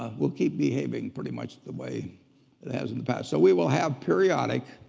ah will keep behaving pretty much the way it has in the past. so we will have periodic